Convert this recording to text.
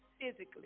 physically